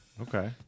okay